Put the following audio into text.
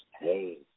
Hey